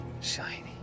Shiny